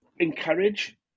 encourage